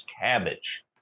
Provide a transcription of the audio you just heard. Cabbage